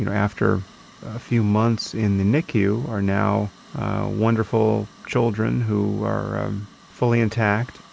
you know after a few months in the nicu, are now wonderful children who are um fully intact.